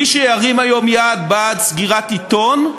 מי שירים היום יד בעד סגירת עיתון,